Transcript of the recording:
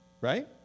right